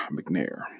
McNair